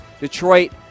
Detroit